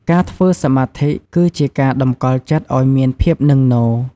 ការធ្វើសមាធិ គឺជាការតម្កល់ចិត្តឲ្យមានភាពនឹងនរ។